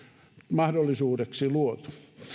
mahdollisuudeksi luotu